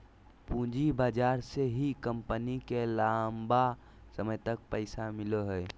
पूँजी बाजार से ही कम्पनी के लम्बा समय तक पैसा मिलो हइ